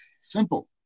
simple